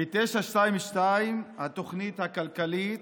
ב-922, התוכנית הכלכלית,